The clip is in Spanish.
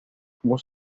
como